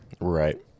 Right